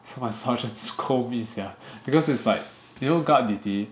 so my sergeant scold me sia because it's like you know guard duty